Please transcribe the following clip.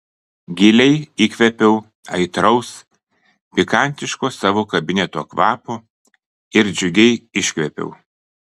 giliai įkvėpiau aitraus pikantiško savo kabineto kvapo ir džiugiai iškvėpiau